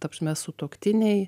ta prasme sutuoktiniai